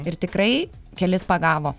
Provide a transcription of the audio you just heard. ir tikrai kelis pagavo